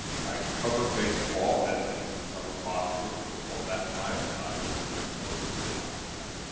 i cover baseball as i used to cover boxing or football. that's my assignment, and i'm focused in on that.